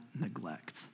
neglect